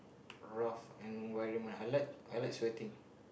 rough environment I like I like sweating